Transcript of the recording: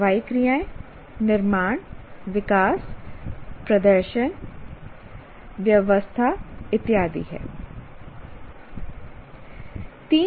कार्रवाई क्रियाएं निर्माण विकास प्रदर्शन व्यवस्था इत्यादि हैं